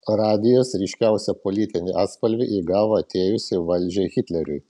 radijas ryškiausią politinį atspalvį įgavo atėjus į valdžią hitleriui